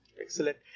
Excellent